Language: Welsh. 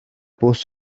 bws